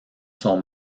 sont